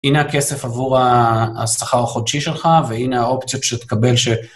הנה הכסף עבור השכר החודשי שלך, והנה האופציה שתקבל ש...